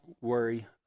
worry